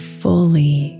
fully